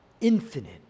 infinite